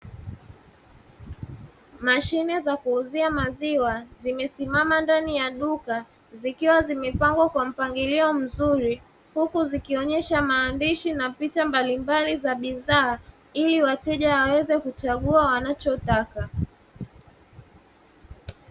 Mashine za kuuzia maziwa zimesimama ndani ya duka zikiwa zimepangwa kwa mpangilio mzuri, huku zikionyesha maandishi na picha mbalimbali za bidhaa ili wateja waweze kuchague kile wanachotaka.